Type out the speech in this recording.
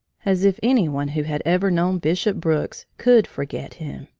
as if any one who had ever known bishop brooks could forget him!